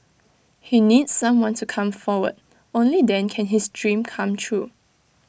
he needs someone to come forward only then can his dream come true